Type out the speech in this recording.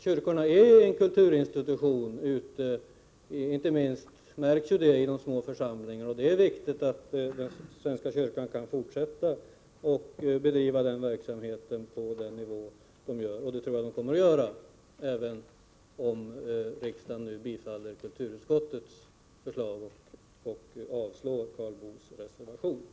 Kyrkorna är kulturinstitutioner, vilket inte minst märks i de små församlingarna. Det är viktigt att svenska kyrkan kan fortsätta att bedriva verksamhet på nuvarande nivå. Det tror jag att man kommer att göra, även om riksdagen i dag bifaller kulturutskottets förslag och avslår centerns reservationer.